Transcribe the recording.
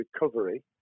recovery